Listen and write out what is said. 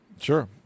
Sure